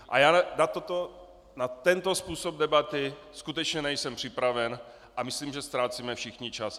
A já na tento způsob debaty skutečně nejsem připraven a myslím, že ztrácíme všichni čas.